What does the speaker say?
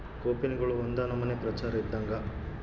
ಕೋಪಿನ್ಗಳು ಒಂದು ನಮನೆ ಪ್ರಚಾರ ಇದ್ದಂಗ